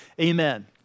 amen